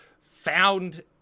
found